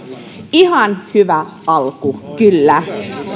ihan hyvä alku kyllä